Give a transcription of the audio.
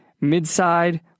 Midside